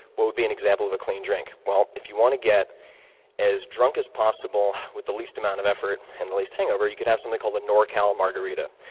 what would be an example of a clean drink? well, if you want to get as drunk as possible with the least amount of effort and the least hangover, you could have something called a norcal margarita.